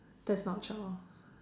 that's not child